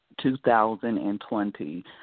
2020